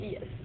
Yes